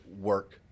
work